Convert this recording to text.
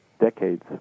decades